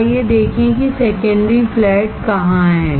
तो आइए देखें कि सेकेंडरी फ्लैट कहां है